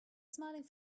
smiling